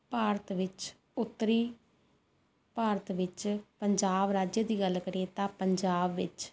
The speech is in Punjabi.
ਭਾਰਤ ਵਿੱਚ ਉੱਤਰੀ ਭਾਰਤ ਵਿੱਚ ਪੰਜਾਬ ਰਾਜ ਦੀ ਗੱਲ ਕਰੀਏ ਤਾਂ ਪੰਜਾਬ ਵਿੱਚ